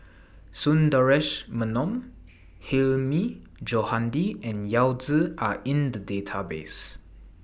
Sundaresh Menon Hilmi Johandi and Yao Zi Are in The Database